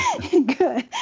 good